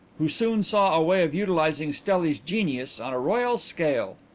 who soon saw a way of utilizing stelli's genius on a royal scale.